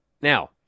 Now